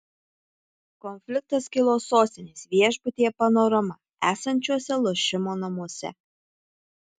konfliktas kilo sostinės viešbutyje panorama esančiuose lošimo namuose